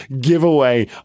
giveaway